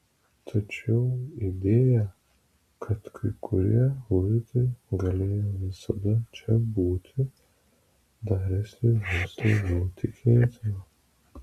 tačiau idėja kad kai kurie luitai galėjo visada čia būti darėsi vis labiau tikėtina